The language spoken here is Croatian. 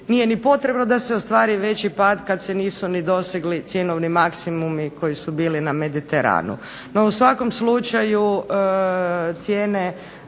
nije ni potrebno da se ostvari veći pad kada se nisu dosegli cjenovni maksimumi koji su bili na Mediteranu,